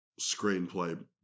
screenplay